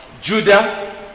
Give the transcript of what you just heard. Judah